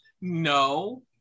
No